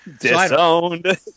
Disowned